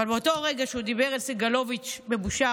אבל באותו רגע שהוא דיבר אל סגלוביץ' בבושה,